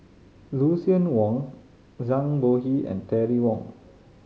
Lucien Wang Zhang Bohe and Terry Wong